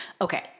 Okay